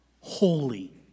holy